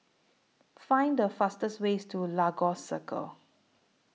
Find The fastest ways to Lagos Circle